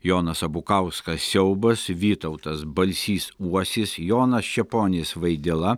jonas abukauskas siaubas vytautas balsys uosis jonas čeponis vaidila